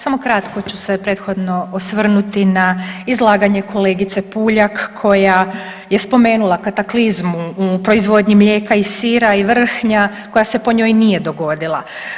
Samo kratko ću se prethodno osvrnuti na izlaganje kolegice Puljak koja je spomenula kataklizmu u proizvodnji mlijeka i sira i vrhnja koja se po njoj nije dogodila.